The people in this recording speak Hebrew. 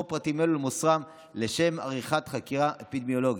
פרטים אלו ולמוסרם לשם עריכת חקירה אפידמיולוגית.